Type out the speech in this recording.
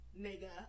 nigga